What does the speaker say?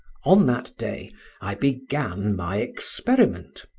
on that day i began my experiment,